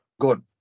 Good